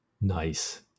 Nice